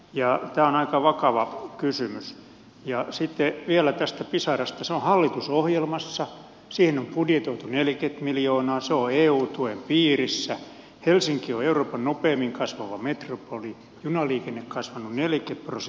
ja se on aika vakava kysymys ja sitten vielä tästä pisarasta sohallitusohjelmassa siihen on budjetoitu neljä miljoonaa sanoi eun tuen piirissä helsinki euroopan nopeimmin kasvava metropoli junaliikenne kasvun eli kypros